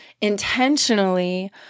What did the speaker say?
intentionally